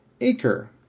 acre